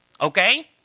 Okay